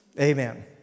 Amen